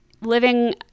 living